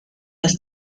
las